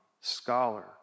scholar